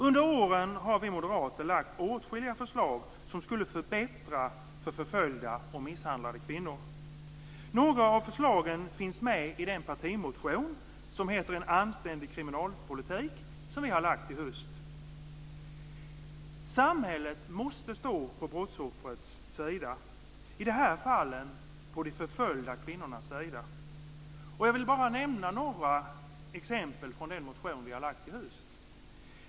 Under åren har vi moderater lagt fram åtskilliga förslag som skulle förbättra för förföljda och misshandlade kvinnor. Några av förslagen finns med i den partimotion som heter En anständig kriminalpolitik som vi har lagt fram i höst. Samhället måste stå på brottsoffrets sida, i de här fallen på de förföljda kvinnornas sida. Jag vill nämna några exempel från den motion som vi har lagt fram i höst.